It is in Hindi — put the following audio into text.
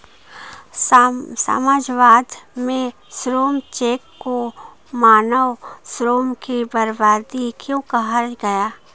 समाजवाद में श्रम चेक को मानव श्रम की बर्बादी क्यों कहा गया?